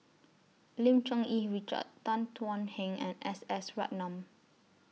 Lim Cherng Yih Richard Tan Thuan Heng and S S Ratnam